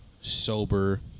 sober